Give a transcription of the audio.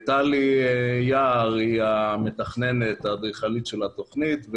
טלי יער קוסט היא המתכננת, אדריכלית, של התכנית.